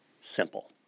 simple